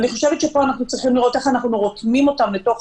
פה אנחנו צריכים לראות איך אנחנו רותמים אותם אל תוך